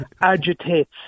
agitates